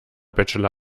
bachelor